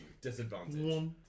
Disadvantage